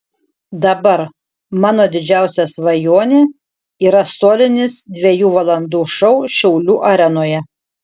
dabar mano didžiausia svajonė yra solinis dviejų valandų šou šiaulių arenoje